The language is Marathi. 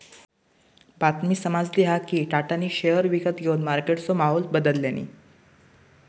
बातमी समाजली हा कि टाटानी शेयर विकत घेवन मार्केटचो माहोल बदलल्यांनी